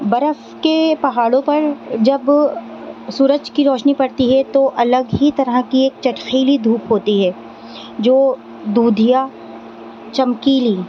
برف کے پہاڑوں پر جب سورج کی روشنی پڑتی ہے تو الگ ہی طرح کی ایک جٹخیلی دھوپ ہوتی ہے جو دودھیا چمکیلی